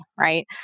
right